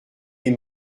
les